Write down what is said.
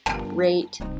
rate